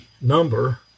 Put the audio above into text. number